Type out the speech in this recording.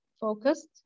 focused